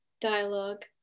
dialogue